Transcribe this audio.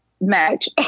match